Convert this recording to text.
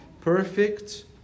perfect